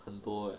很多 leh